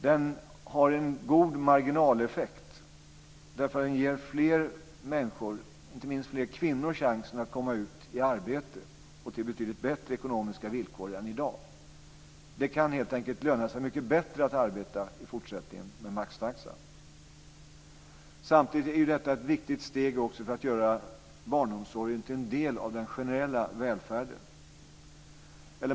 Den har en god marginaleffekt därför att den ger fler människor, inte minst fler kvinnor, chansen att komma ut i arbete, och detta med betydligt bättre ekonomiska villkor än i dag. Det kan helt enkelt löna sig mycket bättre att arbeta i fortsättningen med maxtaxan. Samtidigt är detta ett viktigt steg för att göra barnomsorgen till en del av den generella välfärden.